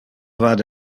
vade